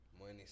money